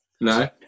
No